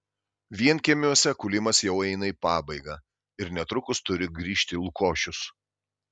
vienkiemiuose kūlimas jau eina į pabaigą ir netrukus turi grįžti lukošius